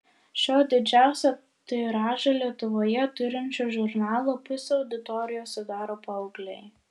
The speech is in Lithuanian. šio didžiausią tiražą lietuvoje turinčio žurnalo pusę auditorijos sudaro paaugliai